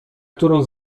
którą